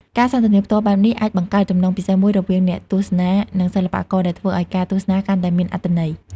ការសន្ទនាផ្ទាល់បែបនេះអាចបង្កើតចំណងពិសេសមួយរវាងអ្នកទស្សនា និងសិល្បករ ដែលធ្វើឲ្យការទស្សនាកាន់តែមានអត្ថន័យ។